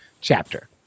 chapter